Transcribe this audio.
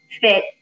fit